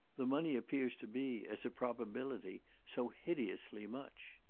the money appears to be, as a probability, so hideously much.